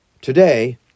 Today